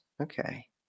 okay